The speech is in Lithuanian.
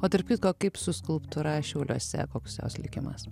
o tarp kitko kaip su skulptūra šiauliuose koks jos likimas